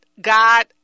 God